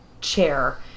chair